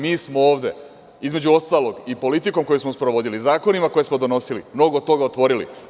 Mi smo ovde, između ostalog, i politikom koju smo sprovodili, zakonima koje smo donosili, mnogo toga otvorili.